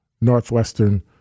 Northwestern